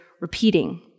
repeating